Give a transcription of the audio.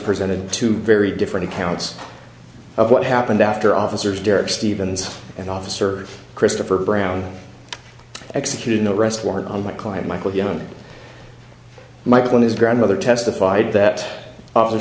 presented two very different accounts of what happened after officers derek stephens and officer christopher brown executed no arrest warrant on my client michael yon michael his grandmother testified that after